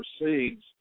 proceeds